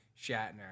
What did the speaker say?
Shatner